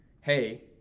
hey